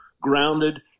grounded